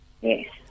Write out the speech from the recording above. Yes